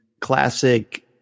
classic